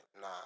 nah